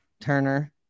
Turner